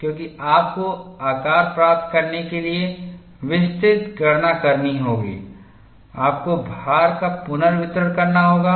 क्योंकि आपको आकार प्राप्त करने के लिए विस्तृत गणना करनी होगी आपको भार का पुनर्वितरण करना होगा